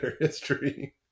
history